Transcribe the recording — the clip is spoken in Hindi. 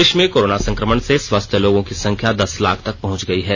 देश में कोरोना संक्रमण से स्वस्थ लोगों की संख्या दस लाख तक पहंच गई है